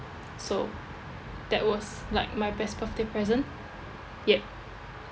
so that was like my best birthday present yet